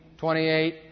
28